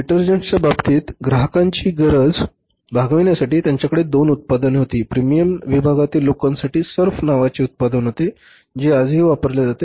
डिटर्जंट्सच्या बाबतीत ग्राहकांची गरज भागवण्यासाठी त्यांच्याकडे दोन उत्पादने होती प्रीमियम विभागातील लोकांसाठी एक सर्फ नावाचे उत्पादन होते जे आजही वापरले जाते